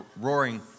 roaring